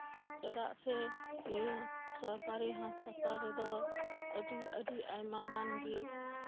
ᱪᱮᱫᱟᱜ ᱥᱮ ᱱᱤᱭᱟᱹ ᱥᱚᱨᱠᱠᱟᱨᱤ ᱦᱟᱥᱯᱟᱛᱟᱞ ᱨᱮᱫᱚ ᱟᱹᱰᱤ ᱟᱹᱰᱤ ᱟᱭᱢᱟ ᱜᱟᱱ ᱜᱮ